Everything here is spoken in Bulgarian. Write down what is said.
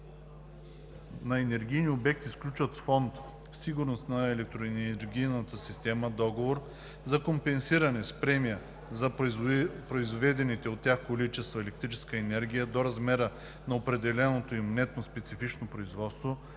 на енергийни обекти сключват с Фонд „Сигурност на електроенергийната система“ договор за компенсиране с премия за произведените от тях количества електрическа енергия до размера на определеното им нетно специфично производство